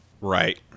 right